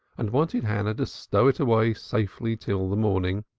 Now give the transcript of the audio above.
and wanted hannah to stow it away safely till the morning,